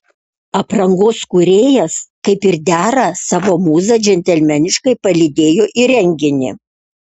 aprangos kūrėjas kaip ir dera savo mūzą džentelmeniškai palydėjo į renginį